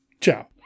Ciao